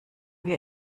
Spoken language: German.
wir